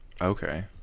okay